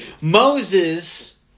Moses